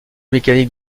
mécanique